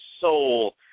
Soul